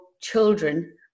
children